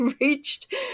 reached